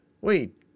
Wait